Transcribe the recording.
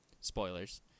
Spoilers